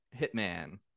hitman